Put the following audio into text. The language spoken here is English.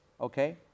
Okay